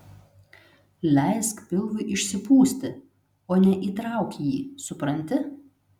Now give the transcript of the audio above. leisk pilvui išsipūsti o ne įtrauk jį supranti